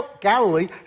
Galilee